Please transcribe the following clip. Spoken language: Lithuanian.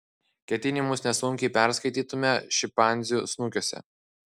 ketinimus nesunkiai perskaitytume šimpanzių snukiuose